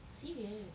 serious